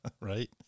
right